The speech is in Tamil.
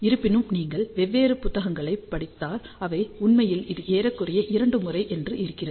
இருப்பினும் நீங்கள் வெவ்வேறு புத்தகங்களைப் படித்தால் அவை உண்மையில் இது ஏறக்குறைய இரண்டு முறை என்று இருக்கிறது